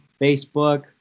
Facebook